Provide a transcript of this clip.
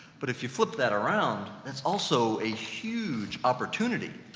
but if you flip that around, that's also a huge opportunity.